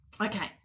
Okay